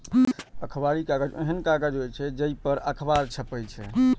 अखबारी कागज ओहन कागज होइ छै, जइ पर अखबार छपै छै